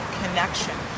connection